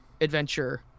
adventure